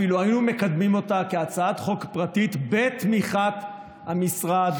אפילו היינו מקדמים אותה כהצעת חוק פרטית בתמיכת המשרד,